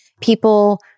people